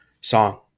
song